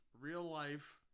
real-life